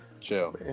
chill